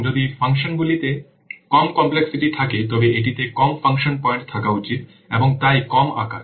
এবং যদি ফাংশনটিতে কম কমপ্লেক্সিটি থাকে তবে এটিতে কম ফাংশন পয়েন্ট থাকা উচিত এবং তাই কম আকার